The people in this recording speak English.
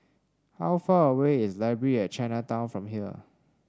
how far away is Library at Chinatown from here